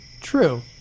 True